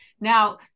Now